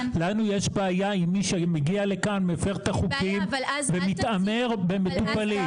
לנו יש בעיה עם מי שמגיע לכאן ומפר את החוקים ומתעמר במטופלים,